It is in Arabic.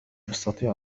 يستطيع